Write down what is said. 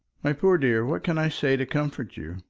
my poor dear, what can i say to comfort you?